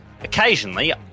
occasionally